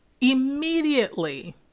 immediately